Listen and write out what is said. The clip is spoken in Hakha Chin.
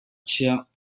chiah